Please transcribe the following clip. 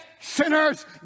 sinners